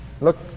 Look